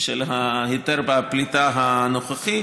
של היתר הפליטה הנוכחי.